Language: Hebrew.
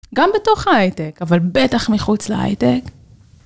גם בתוך ההייטק, אבל בטח מחוץ להייטק.